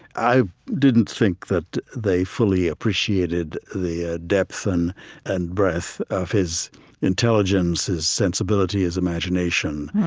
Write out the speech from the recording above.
i didn't think that they fully appreciated the ah depth and and breadth of his intelligence, his sensibility, his imagination.